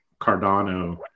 Cardano